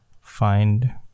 find